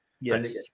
Yes